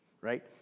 right